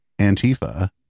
Antifa